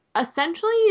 essentially